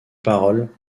parole